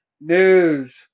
news